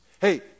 Hey